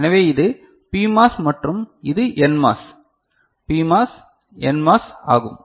எனவே இது PMOS மற்றும் இது NMOS PMOS NMOS ஆகும்